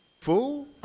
Fool